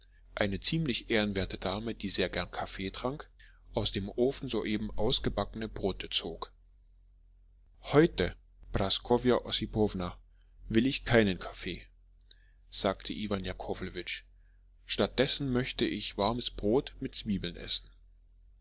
eine ziemlich ehrenwerte dame die sehr gern kaffee trank aus dem ofen soeben ausgebackene brote zog heute praskowja ossipowna will ich keinen kaffee sagte iwan jakowlewitsch statt dessen möchte ich warmes brot mit zwiebeln essen